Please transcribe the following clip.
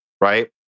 Right